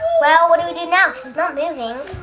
well, what do we do now? she's not moving.